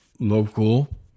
local